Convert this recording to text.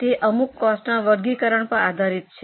તે અમુક કોસ્ટના વર્ગીકરણ પર આધારિત છે